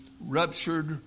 ruptured